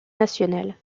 nationale